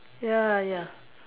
ya ya